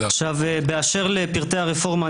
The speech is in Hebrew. באשר לפרטי הרפורמה,